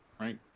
right